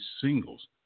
singles